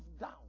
down